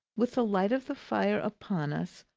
with the light of the fire upon us,